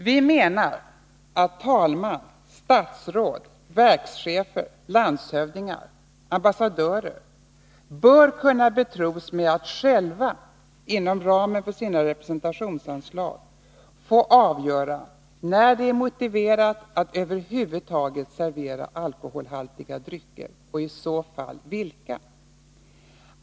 Vi menar att talmän, statsråd, verkschefer, landshövdingar och ambassadörer bör kunna betros med att själva — inom ramen för sina representationsanslag — få avgöra när det är motiverat att över huvud taget servera alkoholhaltiga drycker och i så fall vilka.